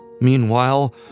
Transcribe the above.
Meanwhile